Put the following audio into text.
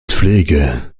pflege